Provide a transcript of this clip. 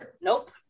Nope